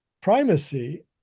primacy